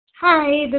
Hi